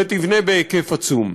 ותבנה בהיקף עצום.